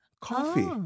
Coffee